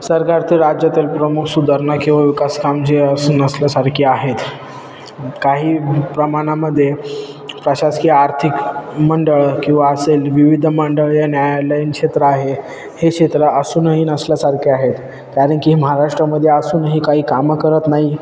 सरकारचे राज्यातील प्रमुख सुधारणा किंवा विकासकाम जे असून नसल्यासारखे आहेत काही प्रमाणामध्ये प्रशासकीय आर्थिक मंडळं किंवा असेल विविध मंडळीय न्यायालयीन क्षेत्र आहे हे क्षेत्र असूनही नसल्यासारखे आहेत कारण की हे महाराष्ट्रामध्ये असूनही काही कामं करत नाही